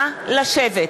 שקט